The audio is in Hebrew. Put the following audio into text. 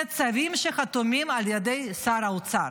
זה צווים שחתומים על ידי שר האוצר.